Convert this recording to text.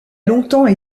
longtemps